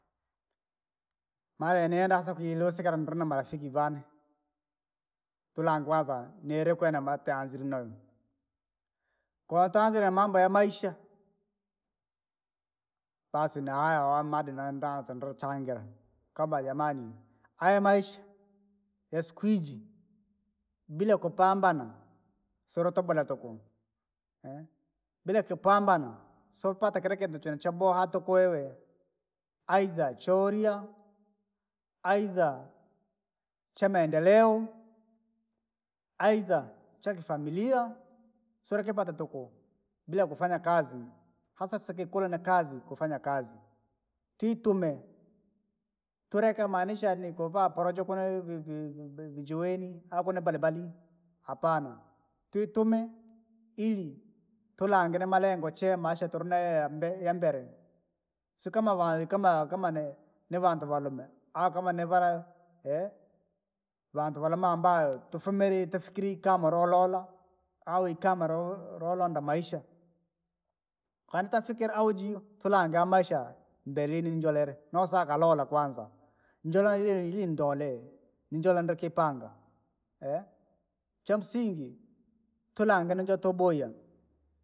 Maya nienda hasa kuilusikira ndri na marafiki vane. Tulange kwanza niirikuu na marti anzire noyo, koo taanzire mambo ya maisha. Basina ayo wamadine nenda hasa ndiri tangira, kwamba jamani, aya maisha, ya siku iji, bila kupambana, sulutobora tuku, bila kupambana, sopata kila kinti chenye chaboha haa tuku wewe, aiza choirya, aiza, chamaemdeleo, aiza chakifamilia, solekipato tuku, bila kufanya kazi, hasa sikikula na kazi kufanya kazi. Titume, tuleke maanisha ni kuva porojo kuna ivivi vijiweni, au kune balibali hapana twitume, ili, tulange na malengo chee maisha tulina yeya mbee yambele. Sikama va kama kama ne- nevandu valume, au kama nivala, vantu valume ambayo tufumile tufikire ikamololola. Au ika moloulo loulonda maisha, kwani tafikira aujio tulange amaisha, mbeleni ianjolele, nousakala lola kwanza. Njola njole, ninjola ndri kiipanga, chamsingi tulange nijole toobooyaa.